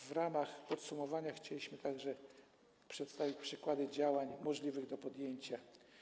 W ramach podsumowania chcieliśmy także przedstawić przykłady działań możliwych do podjęcia.